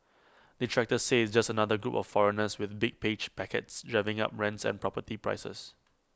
detractors say it's just another group of foreigners with big page packets driving up rents and property prices